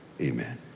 amen